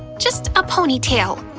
just a ponytail.